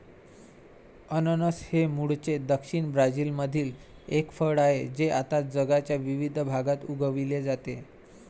अननस हे मूळचे दक्षिण ब्राझीलमधील एक फळ आहे जे आता जगाच्या विविध भागात उगविले जाते